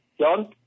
John